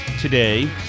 today